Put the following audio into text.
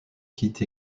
quitte